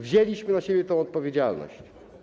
Wzięliśmy na siebie tę odpowiedzialność.